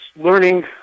learning